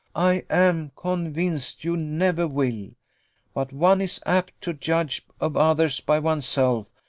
i am convinced you never will but one is apt to judge of others by one's self.